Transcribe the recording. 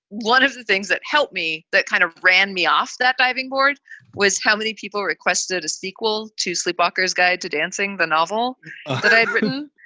one of the things that helped me that kind of ran me off that diving board was how many people requested a sequel to sleepwalkers guide to dancing, the novel that i've written.